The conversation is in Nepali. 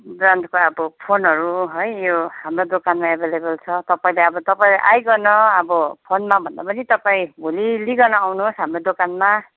ब्रान्डको अब फोनहरू है यो हाम्रो दोकानमा एभाइलेबल छ तपाईँले अब तपाईँ आइकन अब फोनमा भन्दा पनि तपाईँ भोलि लिइकन आउनुहोस हाम्रो दोकानमा